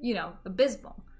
you know abysmal